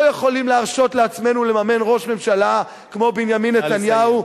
לא יכולים להרשות לעצמנו לממן ראש ממשלה כמו בנימין נתניהו,